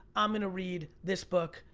i'm gonna read this book?